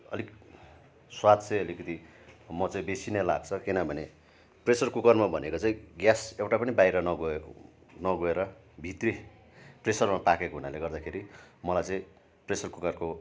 अलिक स्वाद चाहिँ अलिकति म चाहिँ बेसी नै लाग्छ किनभने प्रेसर कुकरमा भनेको चाहिँ ग्यास एउटा पनि बाहिर नगएर नगएर भित्रै प्रेसरमा पाकेको हुनाले गर्दाखेरि मलाई चाहिँ प्रेसर कुकरको